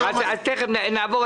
חלקם אפילו דיונים משותפים לעבודה